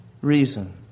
reason